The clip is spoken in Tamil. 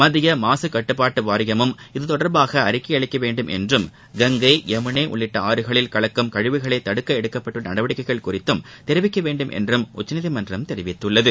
மத்திய மாசு கட்டுப்பாட்டு வாரியமும் இதுதொடர்பாக அறிக்கை அளிக்க வேண்டும் என்றும் கங்கை யமுனா உள்ளிட்ட ஆறுகளில் கலக்கும் கழிவுகளைத் தடுக்க எடுக்கப்பட்டுள்ள நடவடிக்கைகள் குறித்தும் தெரிவிக்க வேண்டும் என்றும் உச்சநீதிமன்றம் தெரிவித்துள்ளது